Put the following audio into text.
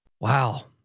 Wow